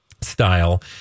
style